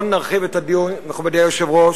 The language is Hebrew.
לא נרחיב את הדיון, מכובדי היושב-ראש,